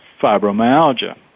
fibromyalgia